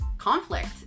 conflict